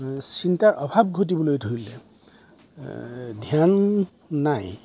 চিন্তাৰ অভাৱ ঘটিবলৈ ধৰিলে ধ্যান নাই